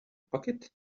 pocket